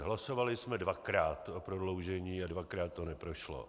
Hlasovali jsme dvakrát o prodloužení a dvakrát to neprošlo.